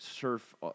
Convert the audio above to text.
surf